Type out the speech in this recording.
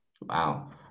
Wow